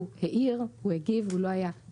הוא העיר; הוא הגיב; אבל הוא לא היה חבר,